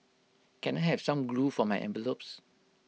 can I have some glue for my envelopes